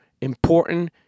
important